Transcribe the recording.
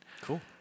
Cool